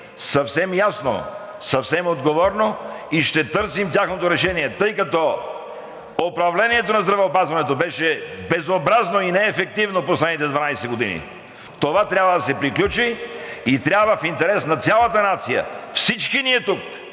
съвсем ясно, съвсем отговорно и ще търсим тяхното решение, тъй като управлението на здравеопазването беше безобразно и неефективно в последните 12 години. Това трябва да се приключи и трябва в интерес на цялата нация всички ние тук,